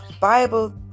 Bible